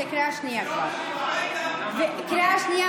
זאת כבר קריאה שנייה,